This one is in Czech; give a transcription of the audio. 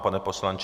Pane poslanče...